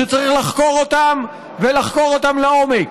שצריך לחקור ולחקור לעומק.